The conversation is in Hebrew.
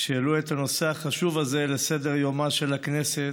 שהעלו את הנושא החשוב הזה לסדר-יומה של הכנסת: